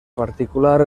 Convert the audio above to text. particular